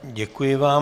Děkuji vám.